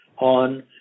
on